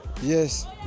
Yes